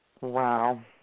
Wow